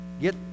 Get